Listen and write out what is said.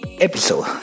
episode